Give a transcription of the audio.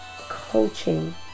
coaching